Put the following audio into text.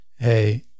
Hey